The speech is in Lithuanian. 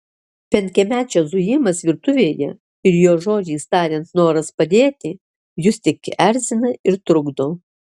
penkiamečio zujimas virtuvėje ir jo žodžiais tariant noras padėti jus tik erzina ir trukdo